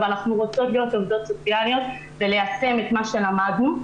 אבל אנחנו רוצות להיות עובדות סוציאליות וליישם את מה שלמדנו,